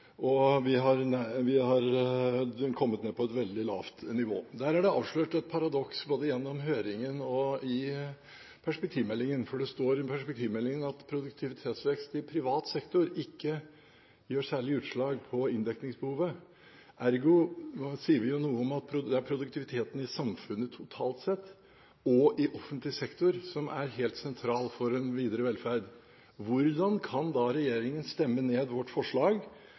enn våre konkurrentland, og vi har kommet ned på et veldig lavt nivå. Der er det avslørt et paradoks, både gjennom høringen og i perspektivmeldingen, for det står i perspektivmeldingen at produktivitetsvekst i privat sektor ikke gjør særlig utslag på inndekningsbehovet. Ergo sier vi noe om at det er produktiviteten i samfunnet totalt sett og i offentlig sektor som er helt sentral for den videre velferd. Hvordan kan da regjeringen stemme ned vårt forslag